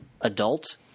adult